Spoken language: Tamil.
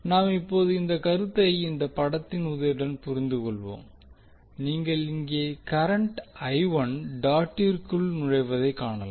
நாம் இப்போது இந்த கருத்தை இந்த படத்தின் உதவியுடன் புரிந்துகொள்வோம் நீங்கள் இங்கே கரண்ட் டாட் டிற்குள் நுழைவதை காணலாம்